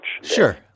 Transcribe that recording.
Sure